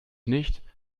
nicht